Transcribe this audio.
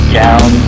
down